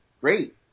Great